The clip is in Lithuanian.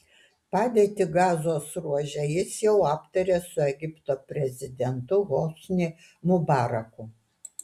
padėtį gazos ruože jis jau aptarė su egipto prezidentu hosni mubaraku